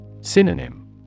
Synonym